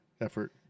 effort